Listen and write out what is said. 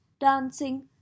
dancing